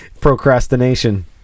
Procrastination